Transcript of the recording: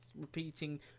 repeating